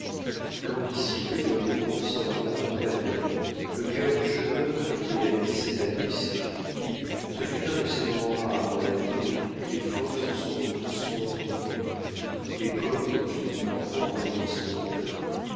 l'ambitieux et l'amoureux sentaient la route aplanie le cœur du jeune homme et de l'ami s'épanouissait ce fut un de ces moments rares dans la vie où toutes les forces sont doucement tendues où toutes les cordes vibrent en rendant des sons pleins